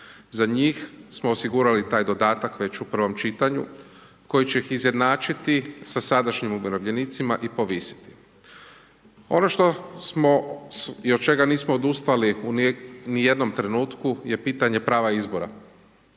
za njih smo osigurali taj dodatak, već u prvom čitanju, koji će ih izjednačiti sa sadašnjim umirovljenicima i povisiti. Ono što smo i od čega nismo odustali u ni jednom trenutku, je pitanje prava izbora.